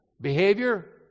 Behavior